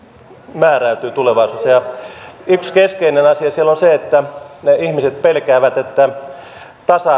määräytyy yksi keskeinen asia siellä on se että ne ihmiset pelkäävät että tasa